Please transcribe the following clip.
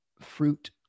fruit